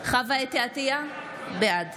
חוה אתי עטייה, בעד